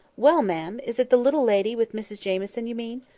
well, ma'am! is it the little lady with mrs jamieson, you mean?